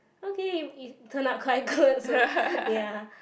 okay it it turn out quite good so ya